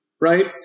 right